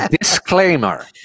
disclaimer